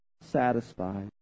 satisfied